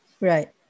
Right